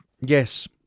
Yes